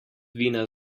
vina